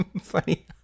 Funny